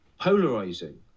polarizing